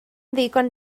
ddigon